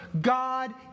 God